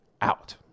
out